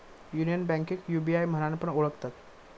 union बैंकेक UBI म्हणान पण ओळखतत